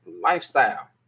lifestyle